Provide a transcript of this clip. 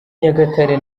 nyagatare